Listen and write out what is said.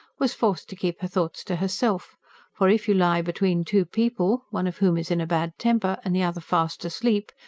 was forced to keep her thoughts to herself for if you lie between two people, one of whom is in a bad temper, and the other fast asleep,